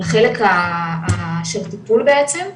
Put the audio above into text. לחלק של הטיפול בעצם.